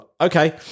Okay